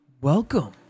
welcome